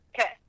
Okay